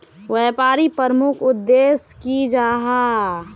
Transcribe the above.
व्यापारी प्रमुख उद्देश्य की जाहा?